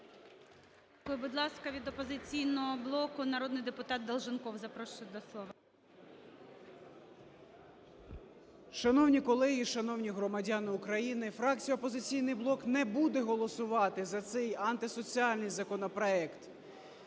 Будь ласка, від "Опозиційного блоку" народний депутат Долженков. Запрошую до слова. 13:40:14 ДОЛЖЕНКОВ О.В. Шановні колеги! Шановні громадяни України! Фракція "Опозиційний блок" не буде голосувати за цей антисоціальний законопроект.